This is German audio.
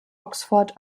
oxford